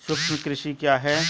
सूक्ष्म कृषि क्या है?